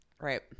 Right